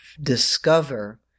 discover